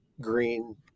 Green